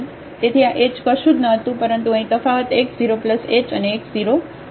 તેથી આ h કશું જ નહોતું પરંતુ અહીં તફાવત x 0 h અને x 0 છે